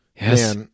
Yes